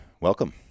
welcome